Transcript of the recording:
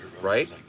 Right